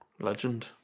Legend